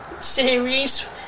series